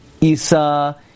isa